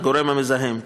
הגורם המזהם,